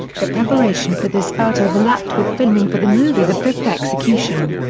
the preparation for this bout overlapped with filming for the movie the fifth execution.